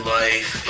life